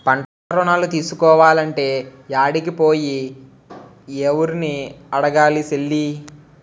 పంటరుణాలు తీసుకోలంటే యాడికి పోయి, యెవుర్ని అడగాలి సెల్లీ?